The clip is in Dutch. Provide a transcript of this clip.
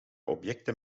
objecten